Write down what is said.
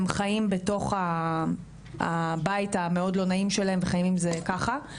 והם חיים בתוך הבית המאוד לא נעים שלהם וחיים עם זה ככה,